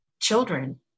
children